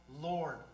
Lord